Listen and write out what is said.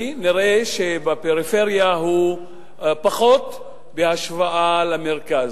נראה שבפריפריה הוא פחות בהשוואה למרכז.